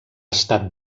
estat